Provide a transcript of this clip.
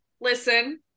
listen